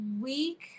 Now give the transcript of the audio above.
week